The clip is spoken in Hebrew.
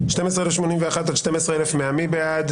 12,041 עד 12,060, מי בעד?